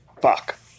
Fuck